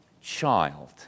child